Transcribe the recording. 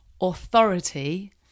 authority